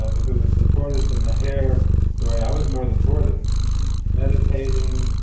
if it was the tortoise and the hare story, i was more the tortoise meditating,